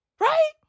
Right